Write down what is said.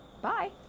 Bye